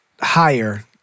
higher